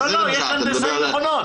אני אומר שוב,